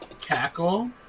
cackle